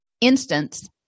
instance